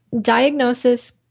diagnosis